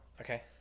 Okay